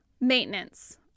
maintenance